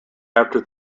after